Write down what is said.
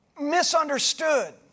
misunderstood